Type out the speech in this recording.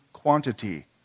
quantity